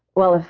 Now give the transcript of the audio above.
well,